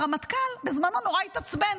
הרמטכ"ל בזמנו נורא התעצבן,